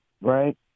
right